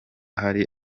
hari